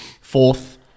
fourth